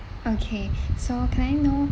okay so can I know